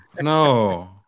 no